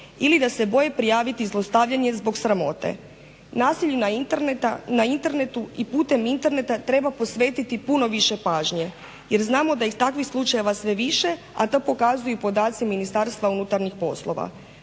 ili da se boje prijaviti zlostavljanje zbog sramote. Nasilje na internetu i putem interneta treba posvetiti puno više pažnje, jer znamo da je takvih slučajeva sve viša, a to pokazuju i podaci MUP-a. Društvo u cjelini treba